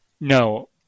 no